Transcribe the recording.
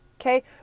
Okay